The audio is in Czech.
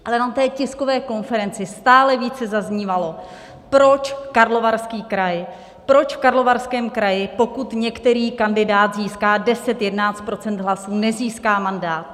Ale jenom na té tiskové konferenci stále více zaznívalo, proč Karlovarský kraj, proč v Karlovarském kraji, pokud některý kandidát získá 10, 11 % hlasů, nezíská mandát.